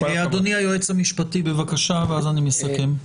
אדוני היועץ המשפטי, בבקשה, ואז אני מסכם.